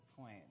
point